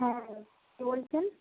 হ্যাঁ কে বলছেন